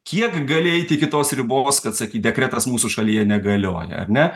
kiek gali eiti iki tos ribos kad sakyt dekretas mūsų šalyje negalioja ar ne